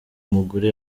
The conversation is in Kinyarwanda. mugore